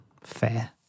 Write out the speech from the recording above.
fair